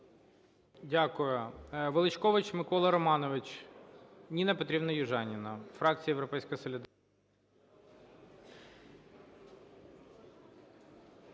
Дякую. Величкович Микола Романович. Ніна Петрівна Южаніна, фракція "Європейська солідарність".